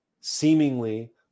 seemingly